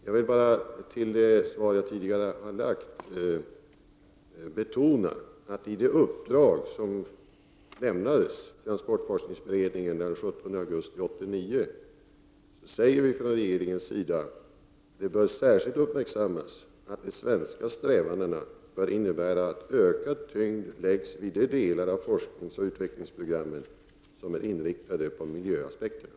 Som komplement till det svar jag tidigare avgett vill jag bara betona att i det uppdrag som lämnades till transportforskningsberedningen den 17 augusti 1989 sade vi från regeringens sida att det särskilt bör uppmärksammas att de svenska strävandena avses innebära att ökad tyngd läggs vid de delar av forskningsoch utvecklingsprogrammet som är inriktade på miljöaspekterna.